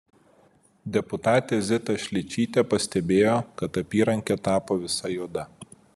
deputatė zita šličytė pastebėjo kad apyrankė tapo visa juoda